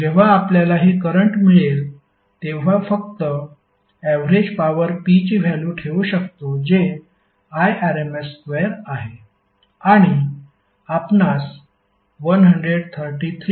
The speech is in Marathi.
जेव्हा आपल्याला हे करंट मिळेल तेव्हा फक्त ऍवरेज पॉवर P ची व्हॅल्यू ठेवू शकतो जे Irms स्क्वेअर आहे आणि आपणास 133